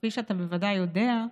כפי שאתה בוודאי יודע,